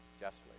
justly